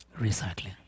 Recycling